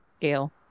Gail